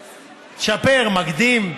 משפר, מקדים,